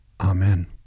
Amen